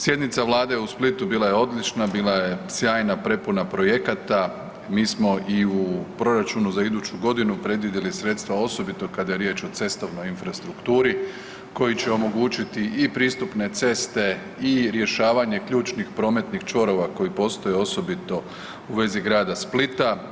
Sjednica Vlade u Splitu bila je odlična, bila je sjajna prepuna projekata, mi smo i u proračunu za iduću godinu predvidjeli sredstva osobito kada je riječ o cestovnoj infrastrukturi koji će omogućiti i pristupne ceste i rješavanje ključnih prometnih čvorova koji postoje, osobito u vezi Grada Splita.